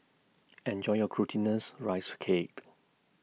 Enjoy your Glutinous Rice Caked